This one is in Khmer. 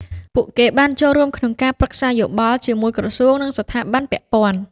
ពួកគេបានចូលរួមក្នុងការប្រឹក្សាយោបល់ជាមួយក្រសួង និងស្ថាប័នពាក់ព័ន្ធ។